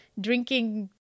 drinking